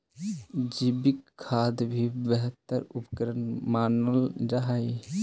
जैविक खाद भी बेहतर उर्वरक मानल जा हई